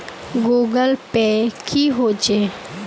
Google Pay की होचे?